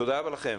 תודה רבה לכם.